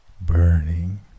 burning